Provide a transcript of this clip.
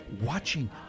Watching